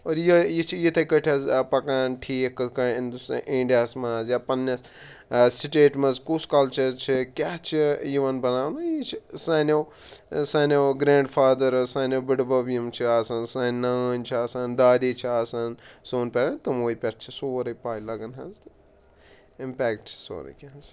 اور یہِ ہَے یہِ چھِ یِتھَے کٲٹھۍ حظ پکان ٹھیٖک ہِندُستٲنۍ اِنڈیاہَس منٛز یا پَنٛنِس سِٹیٹ منٛز کُس کَلچَر چھِ کیاہ چھِ یِوان بَناونہٕ یہِ چھِ سانٮ۪و سانٮ۪و گرینٛڈ فادارٕس سانٮ۪و بٔڈ بَب یِم چھِ آسان سٲنۍ نانۍ چھِ آسان دادی چھِ آسان سون پیرَنٛٹ تِموُے پٮ۪ٹھ چھِ سورُے پاے لگان حظ اِمپٮ۪کٹٕس سورُے کینٛہہ حظ